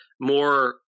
more